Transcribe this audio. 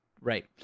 Right